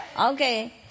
Okay